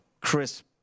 Chris